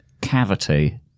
cavity